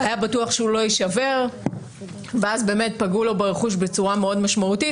הוא היה בטוח שהוא לא יישבר ואז פגעו לו ברכוש בצורה מאוד משמעותית.